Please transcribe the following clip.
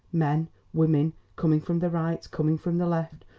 men women coming from the right, coming from the left,